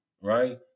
right